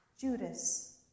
Judas